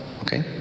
Okay